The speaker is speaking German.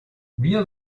wir